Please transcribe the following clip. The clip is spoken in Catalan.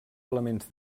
elements